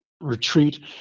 Retreat